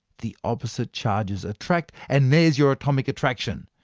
the opposite charges attract and there's your atomic attraction.